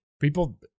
People